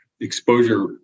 exposure